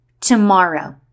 tomorrow